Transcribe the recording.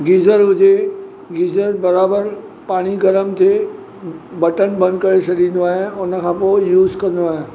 geyser हुजे geyser बराबरि पाणी गरम थिए बटणु बंदि करे छॾींदो आहियां उनखां पोइ यूज़ कंदो आहियां